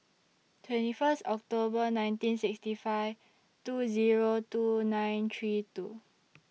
twenty First October nineteen sixty five two Zero two nine three two